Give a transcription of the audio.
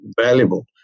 valuable